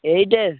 এইটের